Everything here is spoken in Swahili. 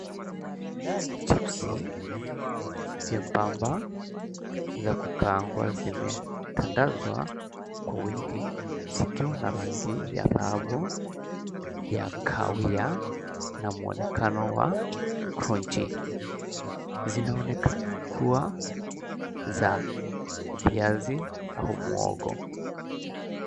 Chipsi vyebamba vya kukaangwa vimetandazwa kwa wingi, zikiwa na rangi ya dhahabu ya kahawia na muonekano wa crunchy . Zinaonekana kuwa ya viazi au mhogo.